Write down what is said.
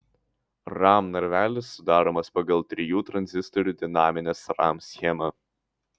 ram narvelis sudaromas pagal trijų tranzistorių dinaminės ram schemą